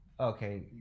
Okay